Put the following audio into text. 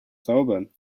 zaubern